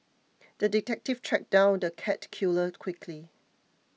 the detective tracked down the cat killer quickly